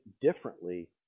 differently